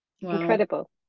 incredible